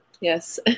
yes